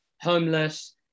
homeless